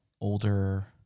older